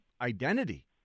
identity